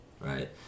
right